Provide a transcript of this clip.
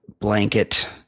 blanket